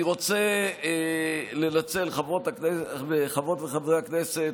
אני רוצה לנצל, חברות וחברי הכנסת,